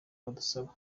badusaba